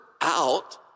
out